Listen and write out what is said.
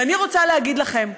ואני רוצה להגיד לכם,